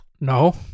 No